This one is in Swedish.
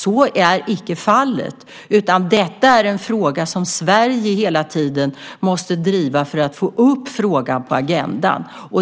Så är icke fallet, utan detta är en fråga som Sverige hela tiden måst driva för att få upp på agendan.